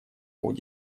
нибудь